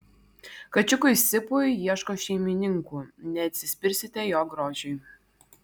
kačiukui sipui ieško šeimininkų neatsispirsite jo grožiui